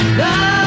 Love